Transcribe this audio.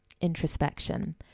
introspection